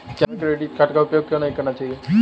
हमें credit card का उपयोग क्यों नहीं करना चाहिए?